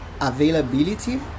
availability